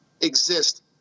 exist